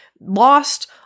lost